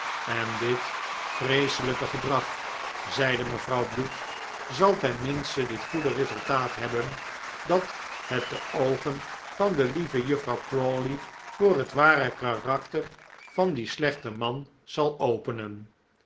en dit vreeselijke gedrag zeide mevrouw bute zal ten minste dit goede resultaat hebben dat het de oogen van de lieve juffrouw crawley voor het ware karakter van dien slechten man zal openen